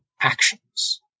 actions